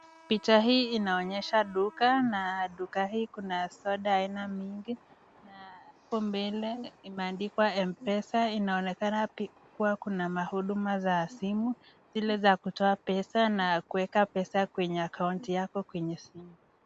Picha hii inaonyesha duka, na duka hii kuna soda aina mingi, na hapo mbele imeandikwa Mpesa, inaonekana pia kuwa kuna mahuduma za simu, zile za kutoa pesa na kuweka pesa kwenye akaunti yako kwenye simu.